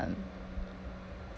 um